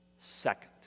second